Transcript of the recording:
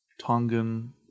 Tongan